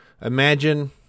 imagine